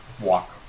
Walk